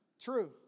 True